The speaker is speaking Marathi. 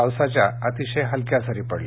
पावसाच्या अतिशय हलक्या सरी पडल्या